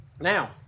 Now